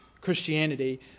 Christianity